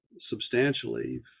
substantially